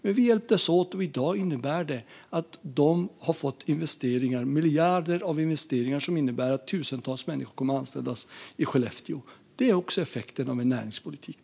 Men vi hjälptes åt, och i dag innebär det att de har fått investeringar, miljardinvesteringar, som innebär att tusentals människor kommer att anställas i Skellefteå. Det är också effekten av en näringspolitik.